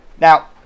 Now